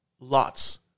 lots